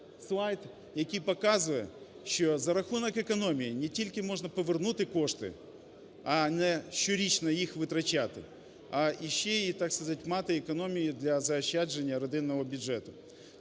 слайд, який показує, що за рахунок економії не тільки можна повернути кошти, а не щорічно їх витрачати, а ще й, так сказать, мати економію для заощадження родинного бюджету.